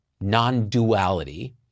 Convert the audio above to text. non-duality